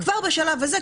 כבר בשלב הזה,